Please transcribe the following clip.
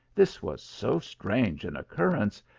this was so strange an occurrence,